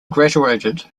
graduated